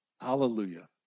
hallelujah